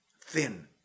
thin